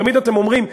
תמיד אתם אומרים,